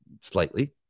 slightly